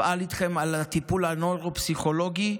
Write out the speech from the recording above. אפעל איתכם לטיפול הנוירו-פסיכולוגי,